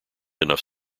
enough